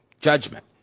judgment